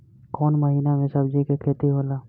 कोउन महीना में सब्जि के खेती होला?